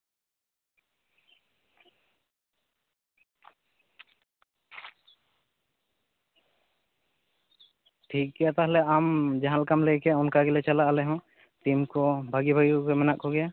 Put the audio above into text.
ᱴᱷᱤᱠ ᱜᱮᱭᱟ ᱛᱟᱦᱞᱮ ᱟᱢ ᱚᱠᱟᱞᱮᱠᱟᱢ ᱞᱟᱹᱭ ᱠᱮᱫ ᱚᱱᱠᱟ ᱜᱮᱞᱮ ᱪᱟᱞᱟᱜ ᱟᱞᱮ ᱟᱞᱮᱦᱚᱸ ᱴᱤᱢ ᱠᱚ ᱵᱷᱟᱜᱮ ᱵᱷᱟᱜᱮ ᱠᱚᱜᱮ ᱢᱮᱱᱟᱜ ᱠᱚᱜᱮᱭᱟ